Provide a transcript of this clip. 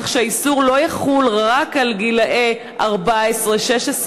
כך שהאיסור לא יחול רק על גילאי 14 16,